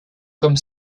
comme